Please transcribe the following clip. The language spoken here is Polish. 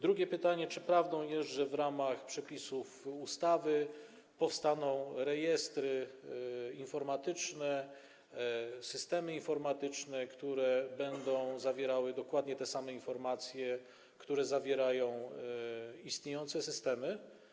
Drugie pytanie: Czy prawdą jest, że w ramach przepisów ustawy powstaną rejestry informatyczne, systemy informatyczne, które będą zawierały dokładnie te samie informacje, które zawierają istniejące systemy?